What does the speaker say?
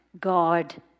God